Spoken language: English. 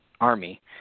army